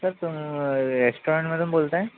sir तुम्ही रेस्टॉरंटमधून बोलत आहे